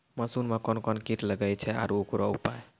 मसूर मे कोन कोन कीट लागेय छैय आरु उकरो उपाय?